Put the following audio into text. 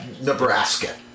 Nebraska